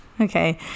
Okay